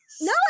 No